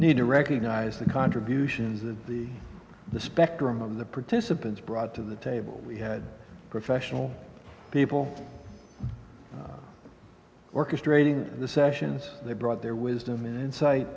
need to recognize the contributions that the the spectrum of the participants brought to the table we had professional people orchestrating the sessions they brought their wisdom and insi